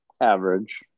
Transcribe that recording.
average